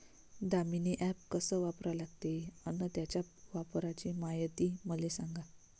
Damini app कस वापरा लागते? अन त्याच्या वापराची मायती मले सांगा